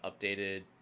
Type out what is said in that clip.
updated